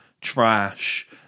trash